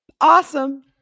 Awesome